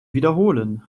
wiederholen